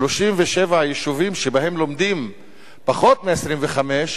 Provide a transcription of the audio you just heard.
ב-37 היישובים שבהם לומדים פחות מ-25,